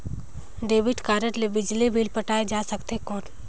Debit card ले बिजली bill पटाय जा सकथे कौन?